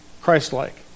Christ-like